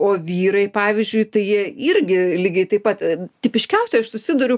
o vyrai pavyzdžiui tai jie irgi lygiai taip pat tipiškiausia aš susiduriu